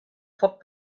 foc